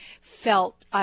felt